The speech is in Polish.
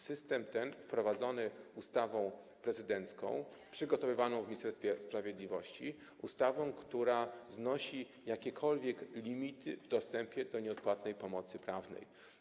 System ten wprowadzono ustawą prezydencką przygotowywaną w Ministerstwie Sprawiedliwości, ustawą, która znosi jakiekolwiek limity w dostępie do nieodpłatnej pomocy prawnej.